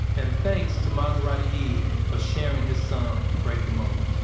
and thanks to maserati-e for sharing his song, break the mold.